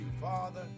Father